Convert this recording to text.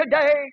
today